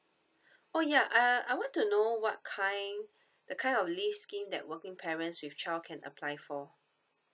oh ya uh I want to know what kind the kind of leave scheme that working parents with child can apply for